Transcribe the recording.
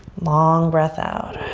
long breath out.